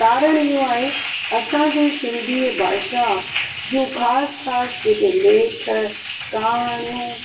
कारण इहो आहे असांजे सिंधीअ भाषा जूं ख़ासि ख़ासि जेके लेख कहाणियूं